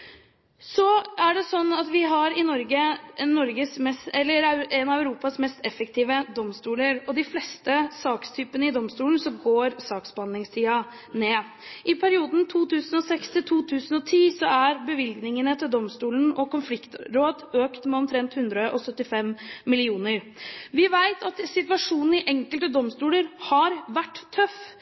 Norge har en av Europas mest effektive domstoler. I de fleste sakstypene i domstolen går saksbehandlingstiden ned. I perioden 2006–2010 er bevilgningene til domstolene og konfliktråd økt med omtrent 175 mill. kr. Vi ved at situasjonen i enkelte domstoler har vært tøff.